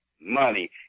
money